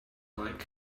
like